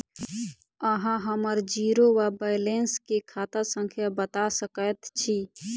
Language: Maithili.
अहाँ हम्मर जीरो वा बैलेंस केँ खाता संख्या बता सकैत छी?